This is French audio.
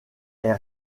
est